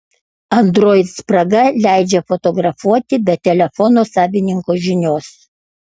android spraga leidžia fotografuoti be telefono savininko žinios